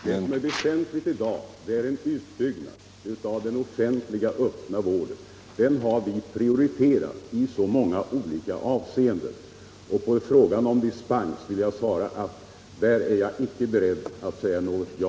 Herr talman! Det väsentliga i dag är att bygga ut den offentliga öppna vården. Den har vi prioriterat i många olika avseenden. På frågan om vi kan tänkas lämna dispens vill jag säga att jag inte är beredd att svara ja.